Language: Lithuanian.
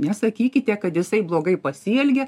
nesakykite kad jisai blogai pasielgė